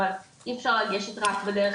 אבל אי אפשר לגשת רק בדרך הזאת.